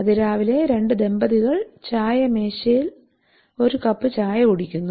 അതിരാവിലെ രണ്ട് ദമ്പതികൾ ചായ മേശയിൽ ഒരു കപ്പ് ചായ കുടിക്കുന്നു